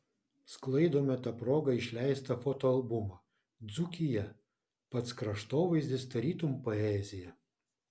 sklaidome ta proga išleistą fotoalbumą dzūkija pats kraštovaizdis tarytum poezija